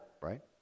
right